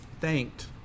thanked